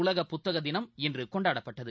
உலக புத்தக தினம் இன்று கொண்டாடப்பட்டது